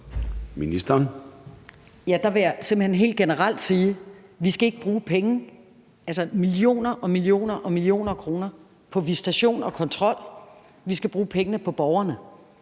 Ja, der vil jeg simpelt hen helt generelt sige, at vi skal ikke bruge pengene, altså millioner og millioner af kroner, på visitation og kontrol, men at vi skal bruge pengene på borgerne.